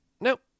Nope